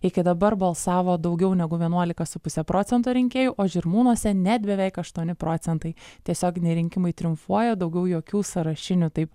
iki dabar balsavo daugiau negu vienuolika su puse procento rinkėjų o žirmūnuose net beveik aštuoni procentai tiesioginiai rinkimai triumfuoja daugiau jokių sąrašinių taip